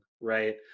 right